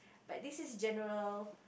but this is general